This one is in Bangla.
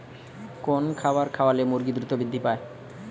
কোন খাবার খাওয়ালে মুরগি দ্রুত বৃদ্ধি পায়?